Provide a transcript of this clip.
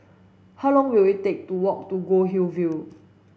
how long will it take to walk to Goldhill View